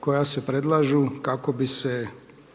koja se predlažu kako bi se